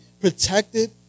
protected